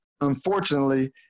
unfortunately